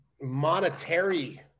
monetary